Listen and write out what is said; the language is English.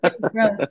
gross